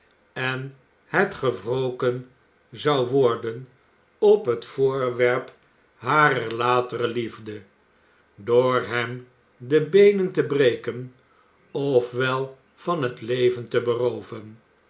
en het gewroken zou worden op het voorwerp harer latere liefde door hem de beenen te breken of wel van het leven te berooven